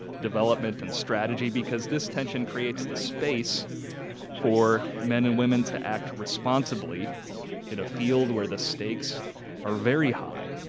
development and strategy because this tension creates the space for men and women to act responsibly in a field where the stakes are very high.